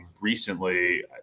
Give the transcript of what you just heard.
recently